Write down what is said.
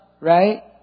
Right